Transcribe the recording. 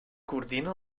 coordina